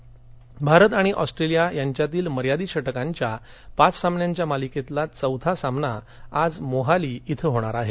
Dhoni Bharat Australia यांच्यातील मर्यादित षटकांच्या पाच सामन्यांच्या मालिकेतील चौथा सामना आज मोहाली इथं होणार आहे